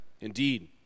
Indeed